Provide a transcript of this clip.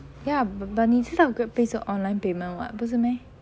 ya but but 你知道 GrabPay 是 online payment [what] 不是 meh